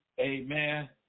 Amen